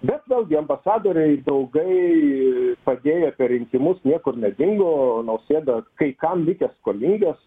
bet vėlgi ambasadoriai draugai padėję per rinkimus niekur nedingo o nausėda kai kam likęs skolingas